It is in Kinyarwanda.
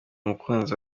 umukunzi